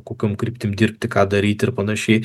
kokiom kryptim dirbti ką daryti ir panašiai